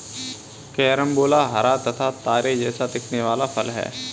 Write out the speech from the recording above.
carambola हरा तथा तारे जैसा दिखने वाला फल है